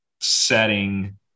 setting